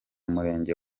murenge